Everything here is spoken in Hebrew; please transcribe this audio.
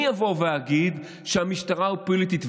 אני אבוא ואגיד שהמשטרה היא פוליטית.